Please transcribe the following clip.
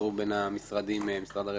ויפוזרו בין המשרדים: משרד הרווחה,